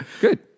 Good